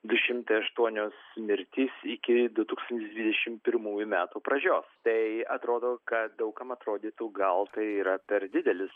du šimtai aštuonios mirtys iki du tūkstančiai dvidešim pirmųjų metų pradžios tai atrodo kad daug kam atrodytų gal tai yra per didelis